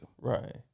Right